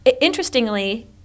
Interestingly